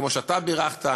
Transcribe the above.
כמו שאתה בירכת,